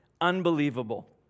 Unbelievable